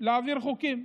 להעביר חוקים.